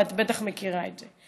ואת בטח מכירה את זה.